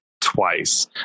twice